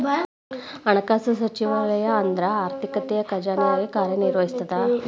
ಹಣಕಾಸು ಸಚಿವಾಲಯ ಅಂದ್ರ ಆರ್ಥಿಕತೆಯ ಖಜಾನೆಯಾಗಿ ಕಾರ್ಯ ನಿರ್ವಹಿಸ್ತದ